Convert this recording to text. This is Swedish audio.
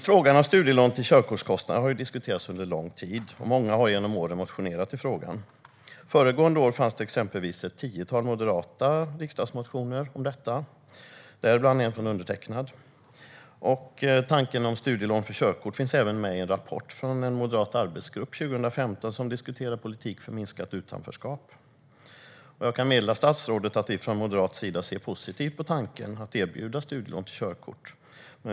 Frågan om studielån till körkortskostnader har diskuterats under lång tid, och många har genom åren motionerat i frågan. Föregående år fanns det exempelvis ett tiotal moderata riksdagsmotioner om detta, däribland en från undertecknad. Tanken om studielån för körkort finns även med i en rapport från 2015 från en moderat arbetsgrupp som diskuterar politik för minskat utanförskap. Jag kan meddela statsrådet att vi från moderat sida ser positivt på tanken att erbjuda studielån för körkort.